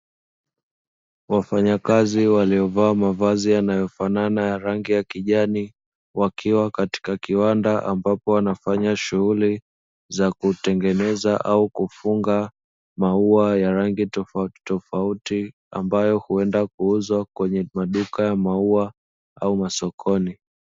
Wafanyakazi waliovaa mavazi yanayofanana na rangi ya kijani wakiwa katika kiwanda, ambapo anafanya shughuli za kutengeneza au kufunga maua ya rangi tofauti tofauti. Ambayo huenda kuuzwa kwenye maduka ya maua au masokoni.